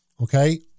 okay